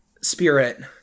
spirit